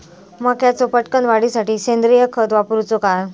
मक्याचो पटकन वाढीसाठी सेंद्रिय खत वापरूचो काय?